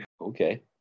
Okay